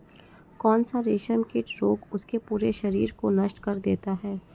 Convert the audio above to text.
कौन सा रेशमकीट रोग उसके पूरे शरीर को नष्ट कर देता है?